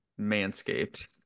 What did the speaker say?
Manscaped